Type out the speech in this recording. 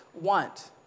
want